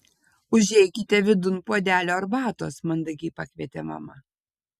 užeikite vidun puodelio arbatos mandagiai pakvietė mama